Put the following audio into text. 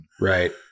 Right